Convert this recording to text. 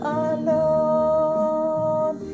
alone